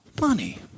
money